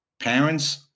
parents